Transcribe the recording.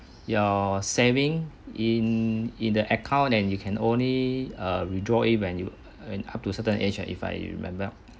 your saving in in the account and you can only uh withdraw it when you and up to a certain age ah if I remember